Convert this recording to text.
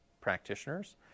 practitioners